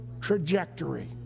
Trajectory